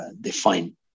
define